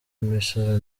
imisoro